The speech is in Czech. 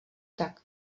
tak